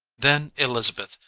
then elizabeth,